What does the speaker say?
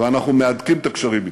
ואנחנו מהדקים את הקשרים אתן.